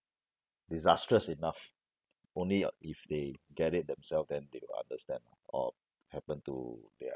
disastrous enough only uh if they get it themselves then they will understand or happen to their